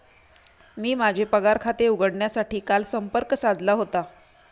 मी माझे पगार खाते उघडण्यासाठी काल संपर्क साधला होता